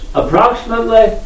approximately